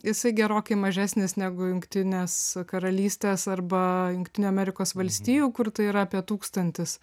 jisai gerokai mažesnis negu jungtinės karalystės arba jungtinių amerikos valstijų kur tai yra apie tūkstantis